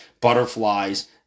butterflies